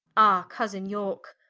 ah cosin yorke,